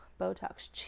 Botox